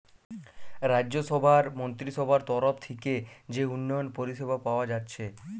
রাজ্যসভার মন্ত্রীসভার তরফ থিকে যে উন্নয়ন পরিষেবা পায়া যাচ্ছে